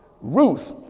ruth